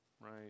right